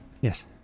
Yes